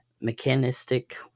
mechanistic